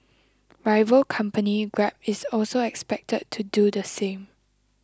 rival company grab is also expected to do the same